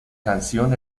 canción